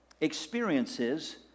experiences